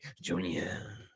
Junior